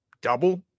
double